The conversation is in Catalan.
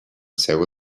seu